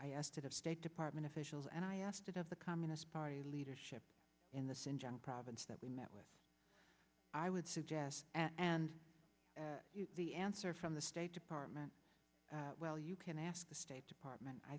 i asked of the state department officials and i asked it of the communist party leadership in the same junk province that we met with i would suggest and the answer from the state department well you can ask the state department i